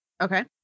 okay